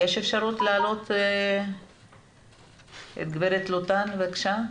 יש אפשרות להעלות את גב' לוטן, בבקשה?